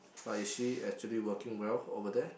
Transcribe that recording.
but is she actually working well over there